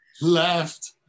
Left